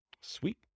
Sweet